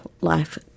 life